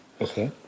Okay